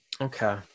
Okay